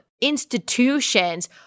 institutions